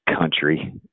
country